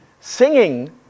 Singing